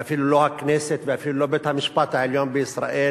ואפילו לא הכנסת ואפילו לא בית-המשפט העליון בישראל,